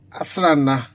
asrana